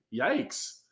Yikes